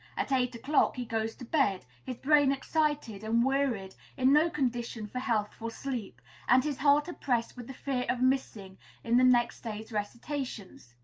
at eight o'clock he goes to bed, his brain excited and wearied, in no condition for healthful sleep and his heart oppressed with the fear of missing in the next day's recitations.